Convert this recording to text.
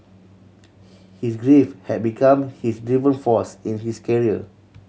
his grief had become his driving force in his career